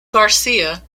garcia